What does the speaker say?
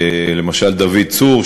למשל דוד צור,